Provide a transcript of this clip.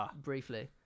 briefly